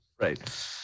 Right